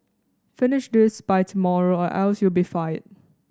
finish this by tomorrow or else you'll be fired